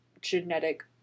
genetic